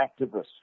activist